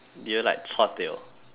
did you like chua tio